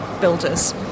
builders